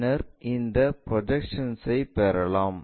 பின்னர் இந்த ப்ரொஜெக்ஷன்ஐ பெறலாம்